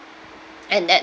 and that's